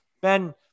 Ben